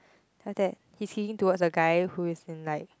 then after that he's kicking towards a guy who is in like